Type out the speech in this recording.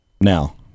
Now